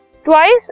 Twice